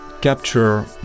capture